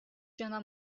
cana